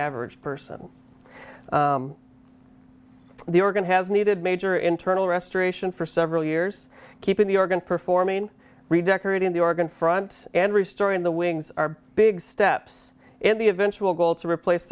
average person the organ has needed major internal restoration for several years keeping the organ performing redecorating the organ front and restoring the wings are big steps in the eventual goal to replace